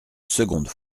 seconde